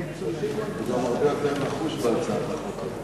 הוא גם הרבה יותר נחוש בהצעת החוק הזאת.